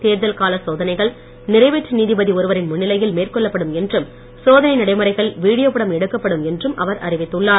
தேர்தல் கால சோதனைகள் நிறைவேற்று நீதிபதி ஒருவரின் முன்னிலையில் மேற்கொள்ளப்படும் என்றும் சோதனை நடைமுறைகள் வீடியோ படம் எடுக்கப்படும் என்றும் அவர் அறிவித்துள்ளார்